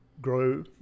grow